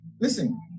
Listen